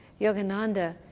Yogananda